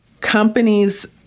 companies